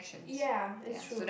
ya it's true